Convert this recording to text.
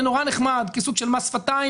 זה נורא נחמד הסוג של מס שפתיים,